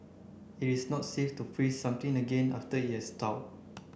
it is not safe to freeze something again after it has thawed